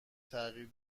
تغییر